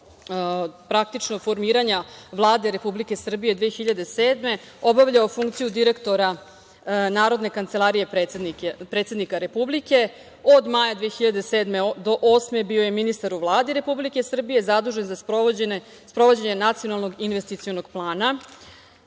godine do formiranja Vlade Republike Srbije 2007. godine obavljao funkciju direktora Narodne kancelarije predsednika Republike. Od maja 2007. do 2008. godine bio je ministar u Vladi Republike Srbije zadužen za sprovođenje nacionalnog investicionog plana,